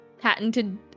patented